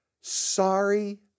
sorry